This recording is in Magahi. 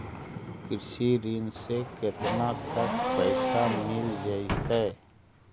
कृषि ऋण से केतना तक पैसा मिल जइतै?